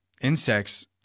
insects